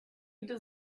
didn’t